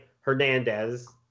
Hernandez